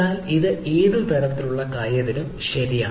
എന്നാൽ ഇത് ഏത് തരത്തിലുള്ള കാര്യത്തിനും ശരിയാണ്